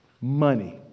money